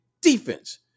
defense